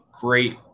great